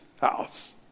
house